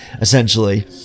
essentially